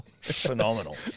Phenomenal